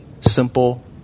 simple